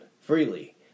freely